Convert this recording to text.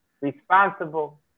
responsible